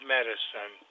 Medicine